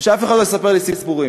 שאף אחד לא יספר לי סיפורים.